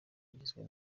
igizwe